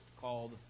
called